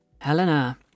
Helena